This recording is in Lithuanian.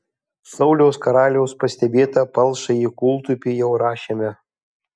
sauliaus karaliaus pastebėtą palšąjį kūltupį jau rašėme